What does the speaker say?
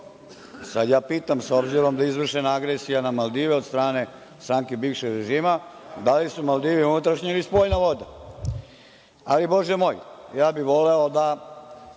Sad ja pitam, s obzirom da je izvršena agresija na Maldive od strane stranke bivšeg režima – da li su Maldivi unutrašnja ili spoljna voda? Ali, Bože moj, ja bih voleo da